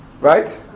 right